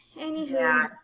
Anywho